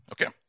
Okay